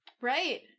Right